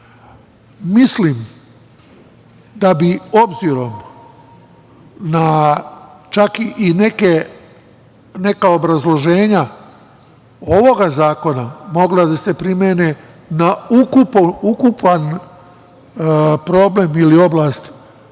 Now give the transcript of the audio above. svi. Mislim da bi, s obzirom na čak i neka obrazloženja ovog zakona, mogla da se primene na ukupan problem ili oblast tajni